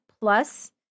Plus